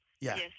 Yes